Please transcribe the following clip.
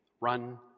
Run